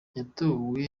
yatowe